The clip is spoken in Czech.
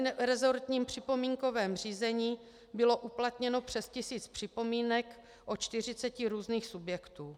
V meziresortním připomínkovém řízení bylo uplatněno přes tisíc připomínek od čtyřiceti různých subjektů.